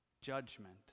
judgment